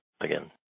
Again